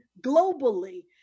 globally